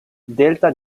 delta